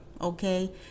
okay